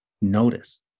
notice